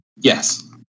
Yes